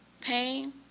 pain